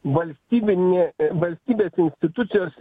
valstybinė valstybės institucijos